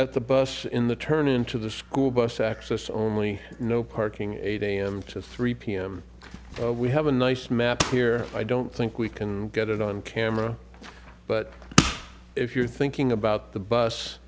at the bus in the turn into the school bus access only no parking at eight a m to three p m we have a nice map here i don't think we can get it on camera but if you're thinking about the bus